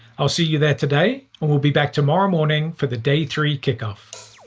i'll see you there today. and we'll be back tomorrow morning for the day three kickoff.